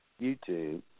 YouTube